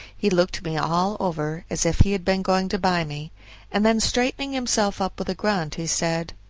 he looked me all over, as if he had been going to buy me and then straightening himself up with a grunt, he said,